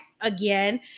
again